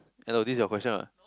hello this is your question what